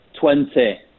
Twenty